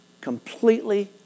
completely